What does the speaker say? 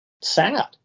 sad